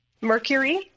Mercury